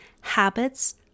Habits